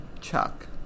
Chuck